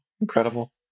incredible